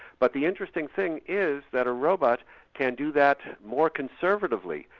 but the interesting thing is that a robot can do that more conservatively,